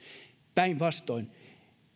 päinvastoin